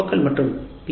ஓக்கள் மற்றும் பி